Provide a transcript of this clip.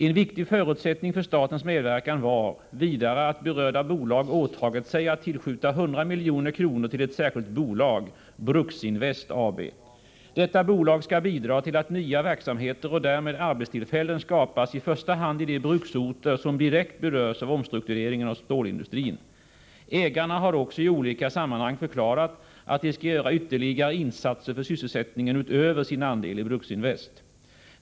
En viktig förutsättning för statens medverkan var vidare att berörda bolag åtagit sig att tillskjuta 100 milj.kr. till ett särskilt bolag, Bruksinvest AB. Detta bolag skall bidra till att nya verksamheter och därmed arbetstillfällen skapas i första hand i de bruksorter som direkt berörs av omstruktureringen av stålindustrin. Ägarna har också i olika sammanhang förklarat att de skall göra ytterligare insatser för sysselsättningen utöver sin andel i Bruksinvest.